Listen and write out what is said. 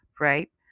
right